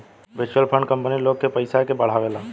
mutual fund company लोग के पयिसा के बढ़ावेला